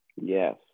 Yes